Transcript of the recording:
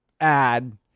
add